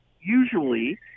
usually